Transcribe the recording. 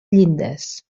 llindes